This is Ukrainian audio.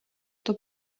хто